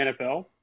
NFL